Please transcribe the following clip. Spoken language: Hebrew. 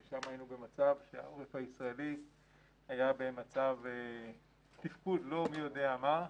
אני טועה שם העורף הישראלי היה במצב תפקוד לא מי יודע מה.